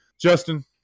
Justin